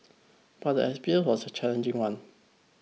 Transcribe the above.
but the experience was a challenging one